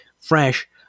fresh